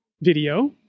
video